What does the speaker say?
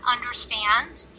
understand